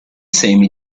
semi